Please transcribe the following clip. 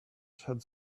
had